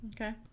Okay